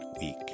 week